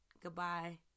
Goodbye